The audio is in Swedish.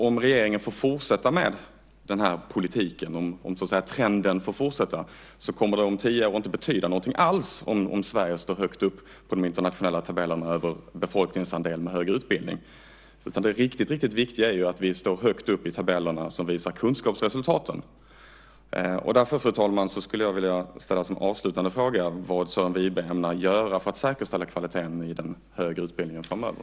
Om regeringen får fortsätta med den här politiken, om trenden så att säga får fortsätta, kommer det om tio år inte att betyda någonting alls ifall Sverige ligger högt i de internationella tabellerna över befolkningsandel med högre utbildning. Det riktigt viktiga är ju att vi ligger högt i de tabeller som visar kunskapsresultaten. Därför, fru talman, skulle jag avslutningsvis vilja fråga vad Sören Wibe ämnar göra för att säkerställa kvaliteten i den högre utbildningen framöver.